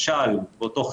סעיף חופש ביטוי,